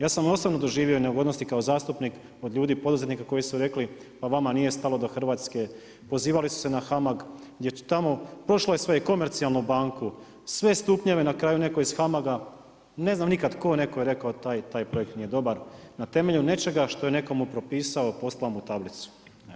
Ja sam osobno doživio neugodnosti kao zastupnik, od ljudi, poduzetnika koji su rekli, pa vama nije stalo do Hrvatske, pozivali su se na HAMAG, gdje su tamo, prošlo je sve i komercijalnu banku, sve stupnjeve na kraju netko iz HAMAG-a, ne znam nikad tko, netko je rekao, taj projekt nije dobar, na temeljnu nečega što je netko mu propisao, poslao mu tablicu.